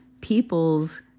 people's